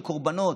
קורבנות.